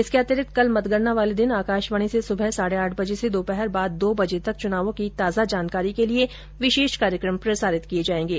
इसके अतिरिक्त कल मतगणना वाले दिन आकाशवाणी से सुबह साढ़े आठ बजे से दोपहर बाद दो बजे तक चुनावों की ताजा जानकारी के लिए विशेष कार्यक्रम प्रसारित किए जाएंगे